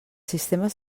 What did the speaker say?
sistemes